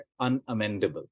unamendable